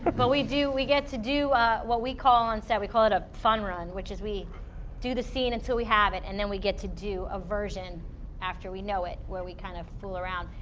but but we do, we get to do what we call on set we call it a fun run which is we do the scene until we have it and then we get to do a version after we know it where we kind of fool around.